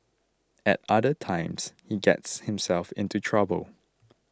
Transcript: at other times he gets himself into trouble